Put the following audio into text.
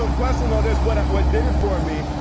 ah quest will know this. what what did it for me,